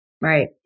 Right